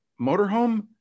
motorhome